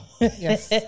Yes